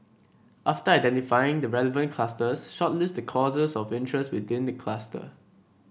after identifying the relevant clusters shortlist the courses of interest within the cluster